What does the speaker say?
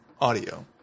audio